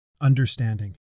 understanding